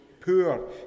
poor